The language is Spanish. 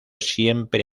siempre